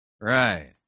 Right